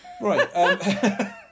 Right